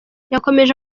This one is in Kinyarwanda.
yakomeje